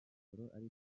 imisoro